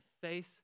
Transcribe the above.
face